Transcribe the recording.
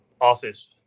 office